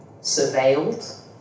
surveilled